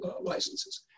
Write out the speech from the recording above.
licenses